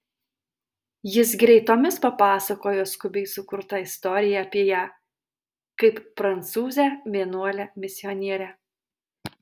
jis greitomis papasakojo skubiai sukurtą istoriją apie ją kaip prancūzę vienuolę misionierę